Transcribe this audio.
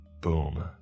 Boom